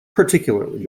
particularly